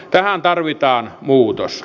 tähän tarvitaan muutos